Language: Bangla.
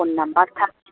ফোন নম্বর থাকছে